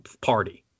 party